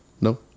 No